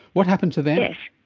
what happened to them?